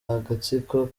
agatsiko